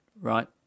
right